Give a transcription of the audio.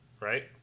right